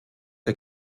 der